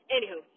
Anywho